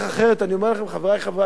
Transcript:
אני אומר לכם, חברי חברי הכנסת,